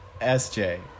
SJ